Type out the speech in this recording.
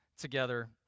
together